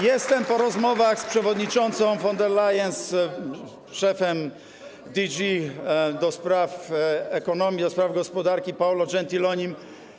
Jestem po rozmowach z przewodniczącą von der Leyen, z szefem DG do spraw ekonomii, do spraw gospodarki Paolo Gentilonim.